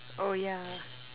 oh yeah